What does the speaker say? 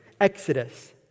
Exodus